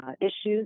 Issues